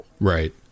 Right